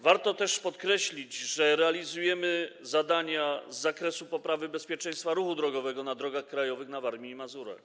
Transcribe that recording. Warto też podkreślić, że realizujemy zadania z zakresu poprawy bezpieczeństwa ruchu drogowego na drogach krajowych na Warmii i Mazurach.